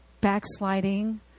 backsliding